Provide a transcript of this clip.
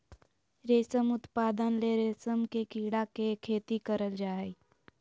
रेशम उत्पादन ले रेशम के कीड़ा के खेती करल जा हइ